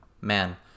Man